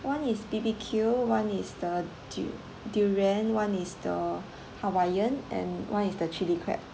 one is B_B_Q one is the du~ durian one is the hawaiian and one is the chili crab